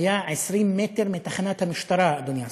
היה 20 מטר מתחנת המשטרה, אדוני השר,